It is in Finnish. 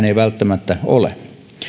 ei välttämättä ole